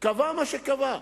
קבע מה שקבע,